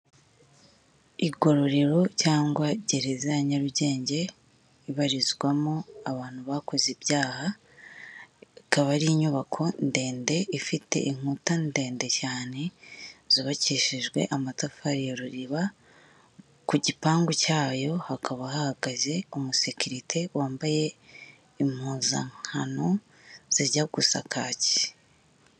Igororero cyangwa gereza ya Nyarugenge ibarizwamo abantu bakoze ibyaha, ikaba ari inyubako ndende, ifite inkuta ndende cyane zubakishijwe amatafari ya ruriba, ku gipangu cyayo hakaba hahagaze umusekiririte wambaye impuzankano zijya gusa kaki.